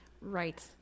right